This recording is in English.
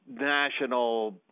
national